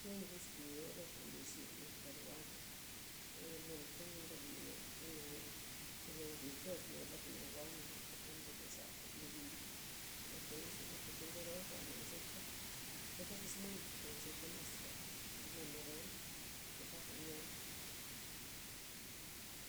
Che ngud xlye o re jwa'n nlirzyn men, par jwa'men, ee- menka' ndowii nen xeni'ay, chele nguy tos'za nerla jwa'na jwa'men ochokuan ndoyoza' pues yubii', reothey xiga' porke nzo rola jwa'na nxeka', nxekaa' thi esman onxeka' masra' thi esman narol per xiaga' niay.